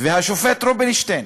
והשופט רובינשטיין